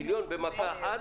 מיליון במכה אחת.